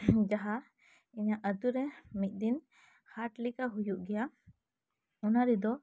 ᱡᱟᱦᱟᱸ ᱤᱧᱟᱹᱜ ᱟᱹᱛᱩ ᱨᱮ ᱢᱤᱫ ᱫᱤᱱ ᱦᱟᱴ ᱞᱮᱠᱟ ᱦᱩᱭᱩᱜ ᱜᱮᱭᱟ ᱚᱱᱟ ᱨᱮᱫᱚ